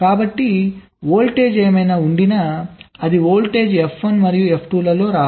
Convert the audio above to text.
కాబట్టి వోల్టేజ్ ఏమైనా ఉండిన అదే వోల్టేజ్ F1 మరియు F2 లలో రావాలి